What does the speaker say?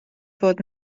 fod